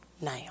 now